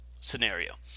scenario